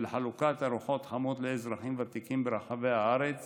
חלוקת ארוחות חמות לאזרחים ותיקים ברחבי הארץ